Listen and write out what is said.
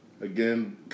again